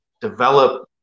develop